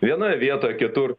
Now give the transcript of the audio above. vienoj vietoj kitur